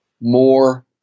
more